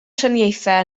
triniaethau